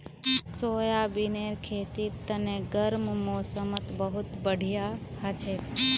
सोयाबीनेर खेतीर तने गर्म मौसमत बहुत बढ़िया हछेक